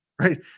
right